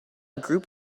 group